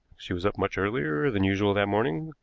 she was up much earlier than usual that morning,